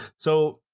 so,